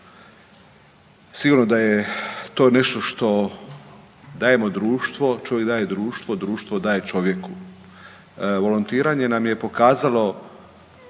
Sigurno da je to nešto što dajemo društvo, čovjek daje društvu, društvo daje čovjeku. Volontiranje nam je pokazalo